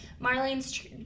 Marlene's